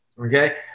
Okay